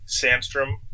Samstrom